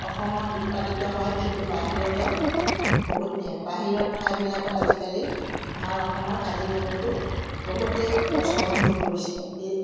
অসমত উৎপাদিত হয় কিন্তু বাহিৰলৈ বহুত নিয়ে বাহিৰৰ ঠাইবিলাকত আজিকালি আমাৰ অসমৰ কাজি নিমুতো বহুতেই প্ৰচলন হৈ পৰিছে ব